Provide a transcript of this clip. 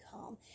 calm